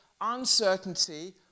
uncertainty